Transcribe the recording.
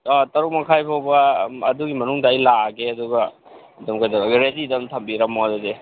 ꯇꯔꯨꯛ ꯃꯈꯥꯏ ꯐꯧꯕ ꯑꯗꯨꯒꯤ ꯃꯅꯨꯡꯗ ꯑꯩ ꯂꯥꯛꯑꯒꯦ ꯑꯗꯨꯒ ꯑꯗꯨꯝ ꯀꯩꯗꯧꯔꯒ ꯔꯦꯗꯤꯗ ꯑꯗꯨꯝ ꯊꯝꯕꯤꯔꯝꯃꯣ ꯑꯗꯨꯗꯤ